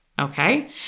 okay